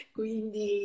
quindi